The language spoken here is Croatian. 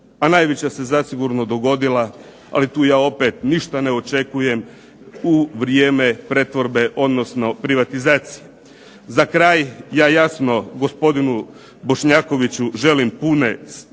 a najviše se zasigurno dogodila, ali tu ja opet ništa ne očekujem u vrijeme pretvorbe odnosno privatizacije. Za kraj, ja jasno gospodin Bošnjakoviću želim puno sreće.